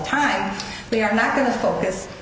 time they are not going to focus